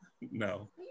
No